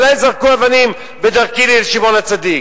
עלי זרקו אבנים בדרכי לשמעון-הצדיק.